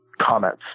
comments